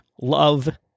love